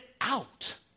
out